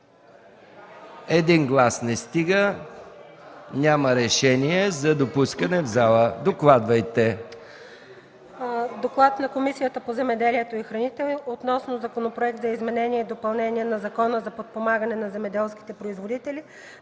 Един глас не стига. Няма решение за допускане в залата. Докладвайте. ДОКЛАДЧИК СИЯНА ФУДУЛОВА: „ДОКЛАД на Комисията по земеделието и храните относно Законопроект за изменение и допълнение на Закона за подпомагане на земеделските производители,